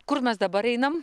kur mes dabar einam